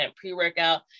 pre-workout